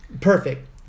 Perfect